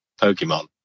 Pokemon